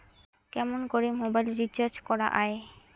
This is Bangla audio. কেমন করে মোবাইল রিচার্জ করা য়ায়?